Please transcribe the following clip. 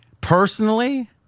Personally